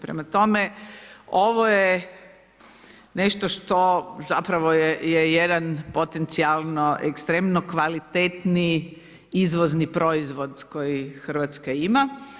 Prema tome, ovo je nešto što zapravo je jedan potencijalno ekstremno kvalitetniji izvozni proizvod koji Hrvatska ima.